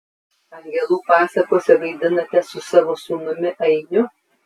angelų pasakose vaidinate su savo sūnumi ainiu